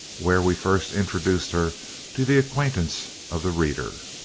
where we first introduced her to the acquaintance of the reader.